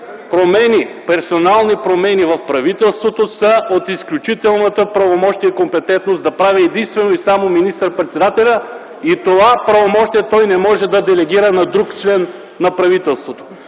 Персонални промени в правителството са от изключителните правомощия и компетентност да прави единствено и само министър-председателят и това правомощие той не може да делегира на друг член на правителството.